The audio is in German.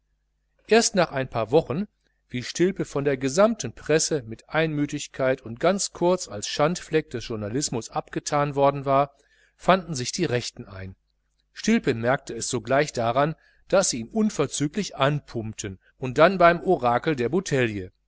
erst nach ein paar wochen wie stilpe von der gesamten presse mit einmütigkeit und ganz kurz als schandfleck des journalismus abgethan worden war fanden sich die rechten ein stilpe merkte es sogleich daran daß sie ihn unverzüglich anpumpten und dann beim orakel der